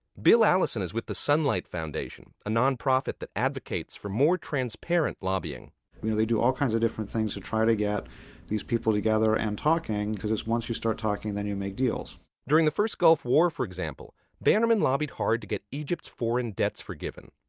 bill allison is with the sunlight foundation, a nonprofit that advocates for more transparent lobbying you know, they do all kinds of different things to try to get these people together and talking, cause once you start talking, then you make deals during the first gulf war, for example, bannerman lobbied hard to get egypt's foreign debts forgiven.